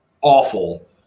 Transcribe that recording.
awful